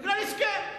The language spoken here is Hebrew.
בגלל הסכם.